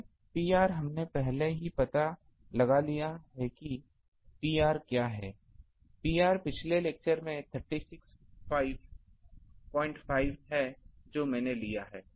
अब Pr हमने पहले ही पता लगा लिया है कि Pr क्या है Pr पिछले लेक्चर में 365 है जो मैंने लिया है